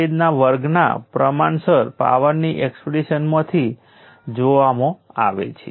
ચાલો હું 1 કિલો Ω મૂલ્યના રઝિસ્ટર સાથે જોડાયેલ 5 વોલ્ટ મૂલ્યના વોલ્ટેજ સોર્સને ધ્યાનમાં લઈએ